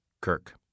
Kirk